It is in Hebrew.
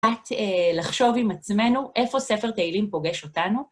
קצת לחשוב עם עצמנו איפה ספר תהילים פוגש אותנו.